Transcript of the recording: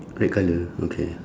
red colour okay